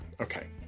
Okay